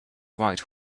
white